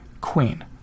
queen